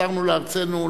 חזרנו לארצנו,